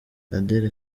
adele